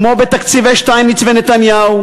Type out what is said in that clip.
כמו בתקציבי שטייניץ ונתניהו,